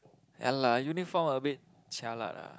ya lah uniform a bit jialat ah